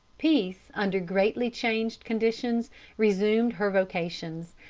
peace under greatly changed conditions resumed her vocations,